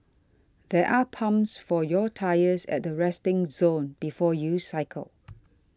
there are pumps for your tyres at the resting zone before you cycle